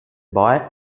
boy